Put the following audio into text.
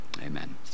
Amen